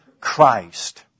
Christ